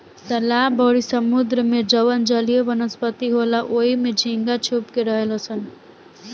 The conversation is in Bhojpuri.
तालाब अउरी समुंद्र में जवन जलीय वनस्पति होला ओइमे झींगा छुप के रहेलसन